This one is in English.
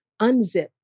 unzip